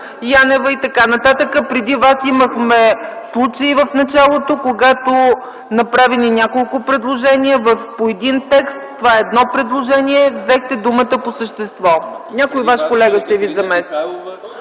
Янева и т.н. В началото преди Вас имахме случаи, когато имаше направени няколко предложения по един текст. Това е едно предложение и взехте думата по същество. Някой Ваш колега ще Ви замести.